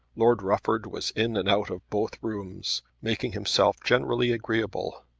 lord rufford was in and out of both rooms, making himself generally agreeable.